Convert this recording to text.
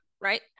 right